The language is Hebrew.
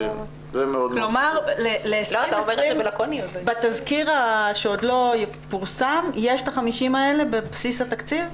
כלומר בתזכיר שעוד לא פורסם יש את ה-50 האלה בבסיס התקציב?